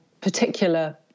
particular